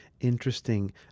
Interesting